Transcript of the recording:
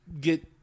get